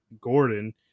gordon